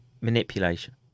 manipulation